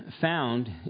found